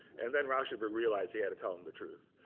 and then rauschenberg realized he had to tell them the truth.